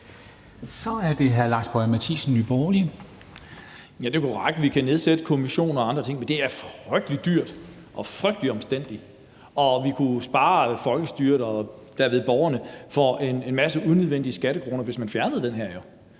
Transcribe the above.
Kl. 11:15 Lars Boje Mathiesen (NB): Det er korrekt, at vi kan nedsætte en kommission og andre ting, men det er frygtelig dyrt og frygtelig omstændeligt, og vi kunne jo spare folkestyret og dermed borgerne for at bruge en masse unødvendige skattekroner, hvis man fjernede den her